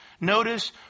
notice